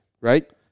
Right